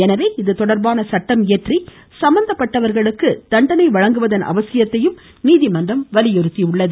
எனவே இதுதொடர்பான சட்டம் இயற்றி சம்பந்தப்பட்டவர்களுக்கு கடும் தண்டனை வழங்குவதன் அவசியத்தையும் நீதிமன்றம் வலியுறுத்தியுள்ளது